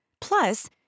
Plus